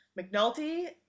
mcnulty